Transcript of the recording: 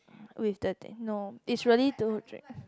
with the eh no it's really to drink